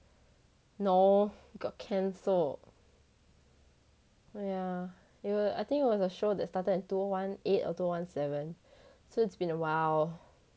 no got cancelled so yeah I think it was a show that started in two O one eight or two O one seven so it's been awhile